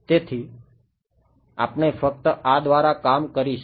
તેથી આપણે ફક્ત આ દ્વારા કામ કરીશું